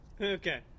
Okay